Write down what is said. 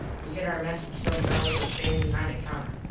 we get our mess from some fellos what stands behind a counter.